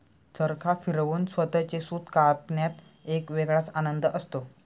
चरखा फिरवून स्वतःचे सूत कापण्यात एक वेगळाच आनंद असतो